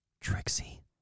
Trixie